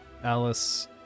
Alice